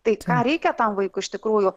tai ką reikia tam vaikui iš tikrųjų